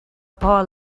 paul